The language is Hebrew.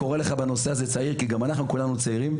קורא לך בנושא הזה צעיר כי גם אנחנו כולנו צעירים,